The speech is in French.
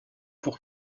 pour